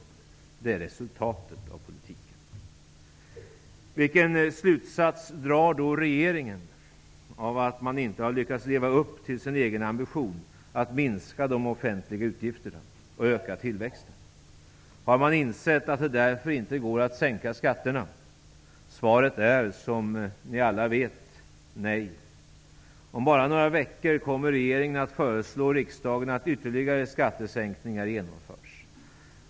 Det är resultatet av politiken. Vilken slutsats drar då regeringen av att man inte har lyckats leva upp till sin egen ambition att minska de offentliga utgifterna och öka tillväxten? Har man insett att det därför inte går att sänka skatterna? Svaret är som ni alla vet -- nej. Om bara några veckor kommer regeringen att föreslå riskdagen att ytterligare skattesänkningar skall genomföras.